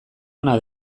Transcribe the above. ona